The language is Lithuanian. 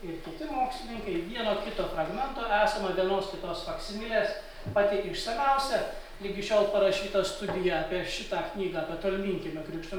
ir kiti mokslininkai vieno kito fragmento esama vienos kitos faksimilės pati išsamiausia ligi šiol parašyta studija apie šitą knygą apie tolminkiemio krikšto